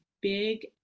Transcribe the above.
big